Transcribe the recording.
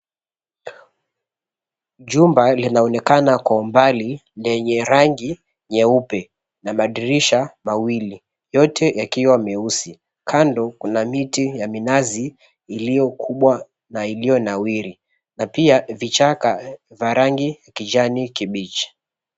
Jumba linaonekana kwa umbali lenye rangi nyeupe na madirisha mawili yote yakiwa meusi, kando kuna miti ya minazi iliyo kubwa na iliyo nawiri na pia vichaka vya rangi kijani kibichi.